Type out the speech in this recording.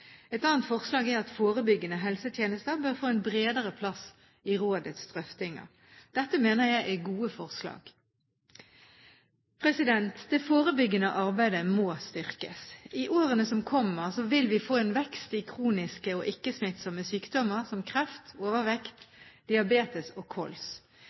Et annet forslag er at forebyggende helsetjenester bør få en bredere plass i rådets drøftinger. Dette mener jeg er gode forslag. Det forebyggende arbeidet må styrkes. I årene som kommer, vil vi få vekst i kroniske og ikke-smittsomme sykdommer som kreft, overvekt, diabetes og KOLS.